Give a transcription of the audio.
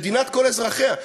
מדינת כל אזרחיה.